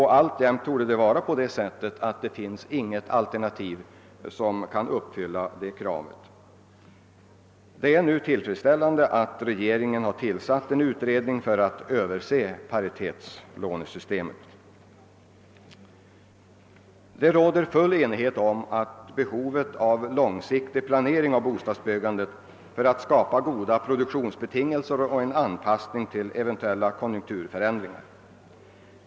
Alltjämt torde det inte finnas något alternativ som kan uppfylla det kravet. Det är emellertid tillfredsställande att regeringen tillsatt en utredning för att överse paritetslånesystemet. Det råder fuli enighet om behovet av långsiktig planering av bostadsbyggandet för att skapa goda produktionsbetingelser och anpassning till eventuella konjunkturförändringar.